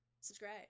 Subscribe